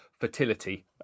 fertility